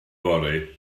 fory